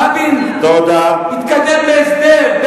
רבין התקדם להסדר.